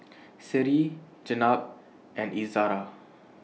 Seri Jenab and Izzara